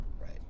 Right